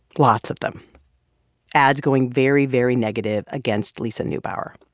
lots of them ads going very, very negative against lisa neubauer